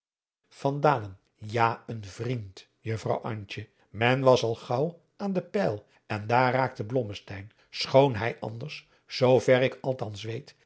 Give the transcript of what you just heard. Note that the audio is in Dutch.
ja een vriend juffrouw antje men was al gaauw aan den pyl en daar raakte blommesteyn schoon hij anders zoover ik althans weet